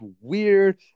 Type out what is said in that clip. weird